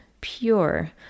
pure